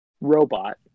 robot